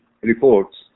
reports